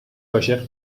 عاشق